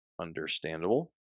understandable